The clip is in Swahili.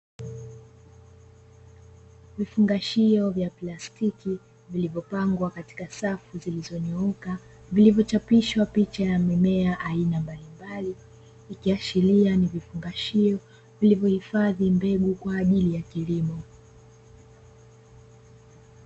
Vifungashio vya plastiki vilivyopangwa katika safu zilizonyoka vilivyochapishwa picha ya mimea aina mbalimbali, ikiashiria ni vifungashio vilivyohifadhi mbegu kwa ajili ya kilimo.